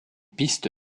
piste